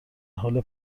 حال